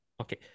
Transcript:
Okay